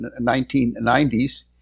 1990s